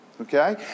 okay